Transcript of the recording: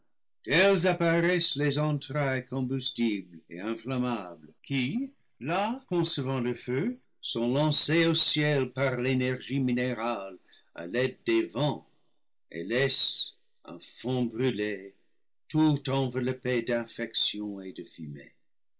telles apparaissent les entrailles combustibles et inflammables qui là concevant le feu sont lancées au ciel par l'énergie minérale à l'aide des vents et laissent un fond brûlé tout enveloppé d'infection et de fumée